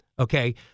okay